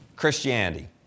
Christianity